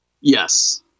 Yes